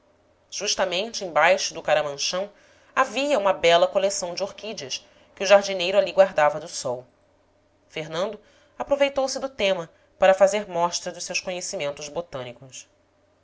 justamente embaixo do caramanchão havia uma bela coleção de orquídeas que o jardineiro ali guardava do sol fernando aproveitou se do tema para fazer mostra dos seus conhecimentos botânicos